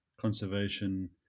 conservation